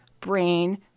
brain